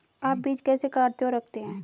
आप बीज कैसे काटते और रखते हैं?